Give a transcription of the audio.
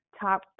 top